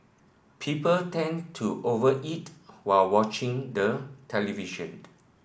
people tend to over eat while watching the television